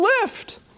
lift